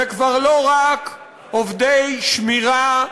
זה כבר לא רק עובדי שמירה,